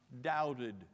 doubted